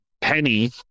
penny